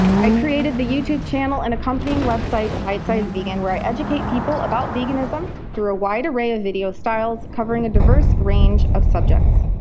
i created the youtube channel and accompanying website, bite size vegan, where i educate people about veganism through a wide array of video styles covering a diverse range of subjects.